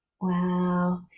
Wow